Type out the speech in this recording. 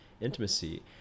Intimacy